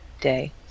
day